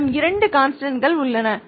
என்னிடம் இரண்டு கான்ஸ்டன்ட்கள் உள்ளன